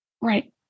Right